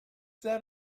that